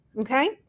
okay